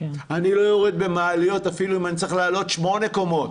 אני לא עולה במעליות אפילו אם אני צריך לעלות שמונה קומות,